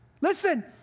Listen